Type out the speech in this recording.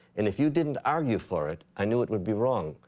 and if you didn't argue for it, i knew it would be wrong,